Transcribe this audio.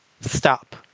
stop